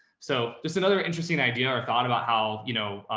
so just another interesting idea or thought about how, you know,